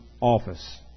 office